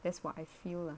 that's what I feel lah